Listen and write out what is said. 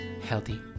healthy